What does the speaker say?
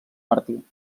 martí